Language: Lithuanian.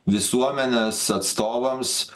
visuomenės atstovams